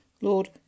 Lord